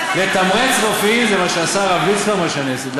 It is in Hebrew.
לתמרץ רופאים זה מה שעשה הרב ליצמן ומה שאני עשיתי,